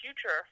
future